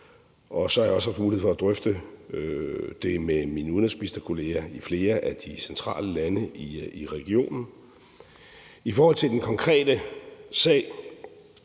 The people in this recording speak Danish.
og så har jeg også haft mulighed for at drøfte det med mine udenrigsministerkolleger i flere af de centrale lande i regionen. I forhold til den konkrete sag,